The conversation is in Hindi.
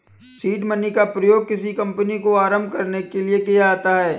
सीड मनी का प्रयोग किसी कंपनी को आरंभ करने के लिए किया जाता है